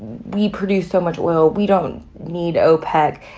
we produce so much oil. we don't need opec.